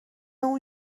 اون